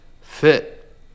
fit